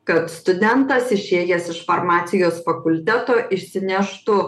kad studentas išėjęs iš farmacijos fakulteto išsineštų